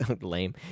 lame